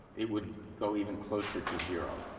it would go even closer to zero.